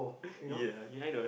ya ya I know that